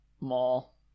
mall